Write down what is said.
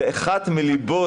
זה אחד מליבות